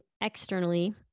externally